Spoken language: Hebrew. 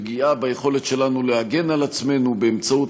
פגיעה ביכולת שלנו להגן על עצמנו באמצעות